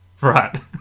Right